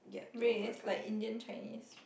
Ray is like Indian Chinese